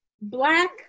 black